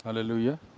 Hallelujah